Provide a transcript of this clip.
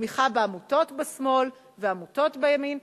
בתמיכה בעמותות שמאל ועמותות ימין.